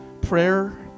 Prayer